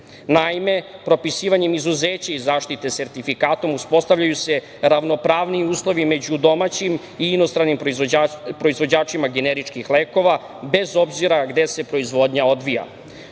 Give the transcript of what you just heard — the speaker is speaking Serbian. grupe. Naime, propisivanjem izuzeća i zaštite sertifikatom uspostavljaju se ravnopravniji uslovi među domaćim i inostranim proizvođačima generičkih lekova, bez obzira gde se proizvodnja odvija. Novim